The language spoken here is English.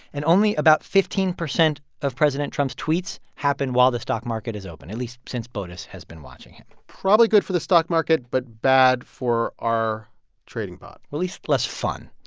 and only about fifteen percent of president trump's tweets happen while the stock market is open, at least since botus has been watching him probably good for the stock market but bad for our trading pot at least less fun.